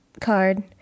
card